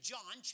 John